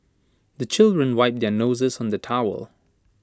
the children wipe their noses on the towel